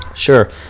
Sure